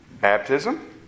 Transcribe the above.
baptism